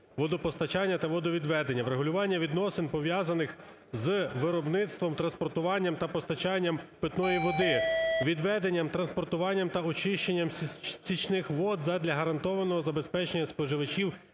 відведенням, транспортуванням та очищенням стічних вод задля гарантованого забезпечення споживачів